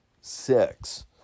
Six